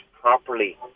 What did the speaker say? properly